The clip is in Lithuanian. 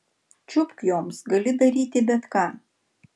čiupk joms gali daryti bet ką